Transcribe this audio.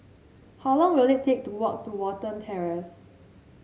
how long will it take to walk to Watten Terrace